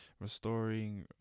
restoring